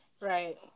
right